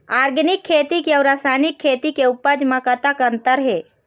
Organic खेती के अउ रासायनिक खेती के उपज म कतक अंतर हे?